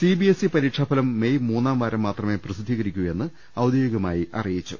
CBSE പരീക്ഷാ ഫലം May മൂന്നാം വാരം മാത്രമേ പ്രസി ദ്ധീകരിക്കൂവെന്ന് ഔദ്യോഗികമായി അറിയിച്ചു